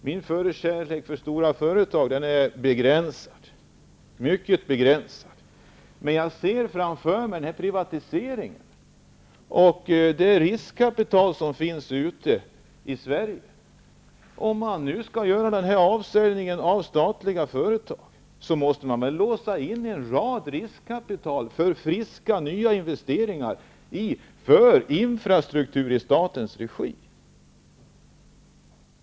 Min förkärlek för stora företag är mycket begränsad. Jag ser till den privatisering som skall ske framöver och det riskkapital som finns i Sverige. Om man skall sälja ut statliga företag, måste man låsa in en del riskkapital för friska nya investeringar i infrastruktur i statens regi.